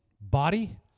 body